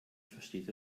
versteht